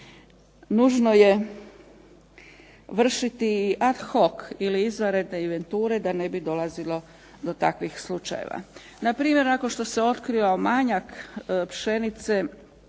nužno je vršiti ad hoc ili izvanredne inventure da ne bi dolazilo do takvih slučajeva. Npr. ako što se otkrio manjak pšenice,